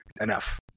enough